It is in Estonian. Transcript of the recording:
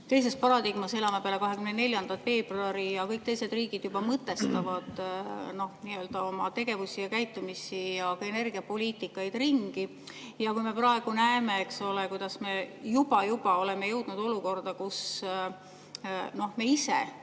teises paradigmas peale 24. veebruari. Ja kõik teised riigid juba mõtestavad oma tegevusi ja käitumisi ja ka energiapoliitikaid ümber. Kui me praegu näeme, eks ole, kuidas me juba oleme jõudnud olukorda, kus me ise